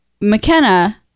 McKenna